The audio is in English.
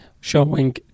showing